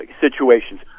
situations